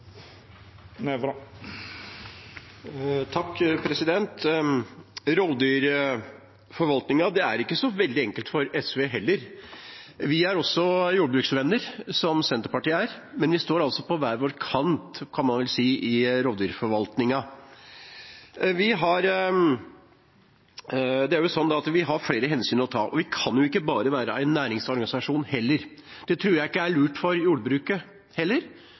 Det er ikke så veldig enkelt for SV heller. Vi er også jordbruksvenner, som Senterpartiet er, men vi står altså på hver vår kant, kan man vel si, i rovdyrforvaltningen. Vi har flere hensyn å ta, og vi kan ikke bare være en næringsorganisasjon heller. Det tror jeg heller ikke er lurt for jordbruket.